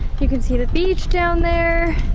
you can see the beach down there.